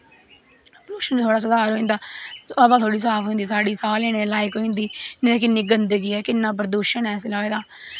pollution च थोह्ड़ा सुधार होई जंदा हवा थोह्ड़ी साफ होई जंदी साह् लैने दे लाइक होई जंदी नेईं ते किन्नी गंदगी ऐ किन्ना प्रदूशन ऐ इसलै होऐ दा